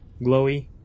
glowy